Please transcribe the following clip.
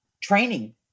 training